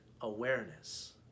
awareness